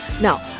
Now